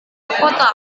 kota